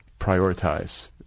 prioritize